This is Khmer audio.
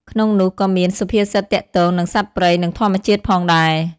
ក្នុងនោះក៏មាន សុភាសិតទាក់ទងនឹងសត្វព្រៃនិងធម្មជាតិផងដែរ។